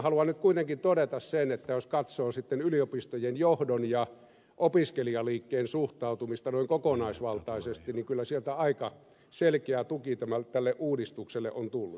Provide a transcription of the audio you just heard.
haluan nyt kuitenkin todeta sen että jos katsoo sitten yliopistojen johdon ja opiskelijaliikkeen suhtautumista noin kokonaisvaltaisesti niin kyllä sieltä aika selkeä tuki tälle uudistukselle on tullut